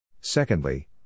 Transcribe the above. Secondly